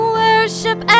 worship